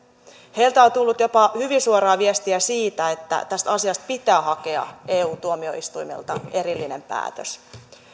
heiltä on tullut jopa hyvin suoraa viestiä siitä että tästä asiasta pitää hakea eu tuomioistuimelta erillinen päätös